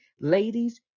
Ladies